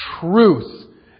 truth